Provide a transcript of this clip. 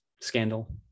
scandal